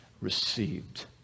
received